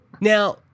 Now